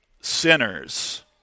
sinners